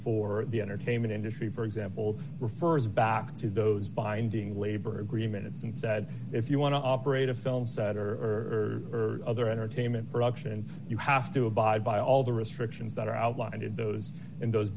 for the entertainment industry for example refers back to those binding labor agreements and said if you want to operate a film set or for other entertainment production you have to abide by all the restrictions that are outlined in those in those